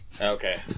Okay